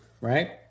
right